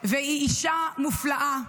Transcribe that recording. והיא אישה מופלאה,